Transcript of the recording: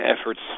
efforts